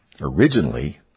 originally